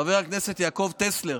חבר הכנסת יעקב טסלר,